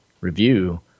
review